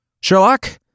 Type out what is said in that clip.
Sherlock